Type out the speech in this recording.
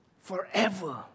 forever